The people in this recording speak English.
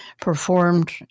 performed